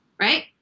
Right